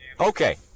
Okay